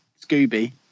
scooby